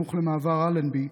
סמוך למעבר אלנבי,